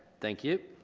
thank you.